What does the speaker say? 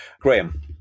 Graham